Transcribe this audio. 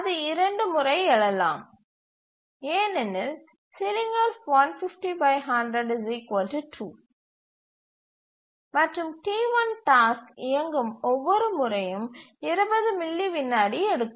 அது 2 முறை எழலாம் ஏனெனில் மற்றும் T1 டாஸ்க் இயங்கும் ஒவ்வொரு முறையும் 20 மில்லி விநாடி எடுக்கும்